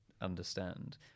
understand